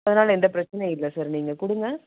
அதனால எந்த பிரச்சினையும் இல்லை சார் நீங்கள் கொடுங்க